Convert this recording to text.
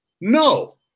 No